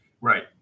Right